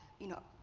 you know,